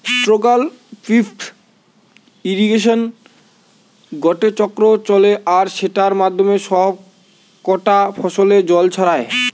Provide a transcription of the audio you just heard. central pivot ইর্রিগেশনে গটে চক্র চলে আর সেটার মাধ্যমে সব কটা ফসলে জল ছড়ায়